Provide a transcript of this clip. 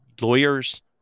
lawyers